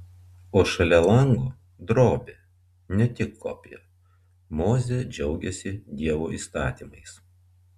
o šalia lango drobė ne tik kopija mozė džiaugiasi dievo įstatymais